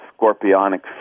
scorpionic